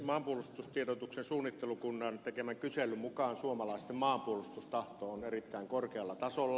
maanpuolustustiedotuksen suunnittelukunnan tekemän kyselyn mukaan suomalaisten maanpuolustustahto on erittäin korkealla tasolla